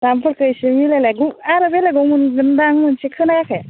दामफोरखौ एसे मिलायलाय आरो बेलेगाव मोनगोन दां मोनसे खोनायाखै